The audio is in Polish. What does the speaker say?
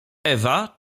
ewa